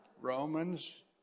Romans